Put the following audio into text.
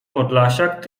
podlasiak